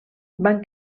van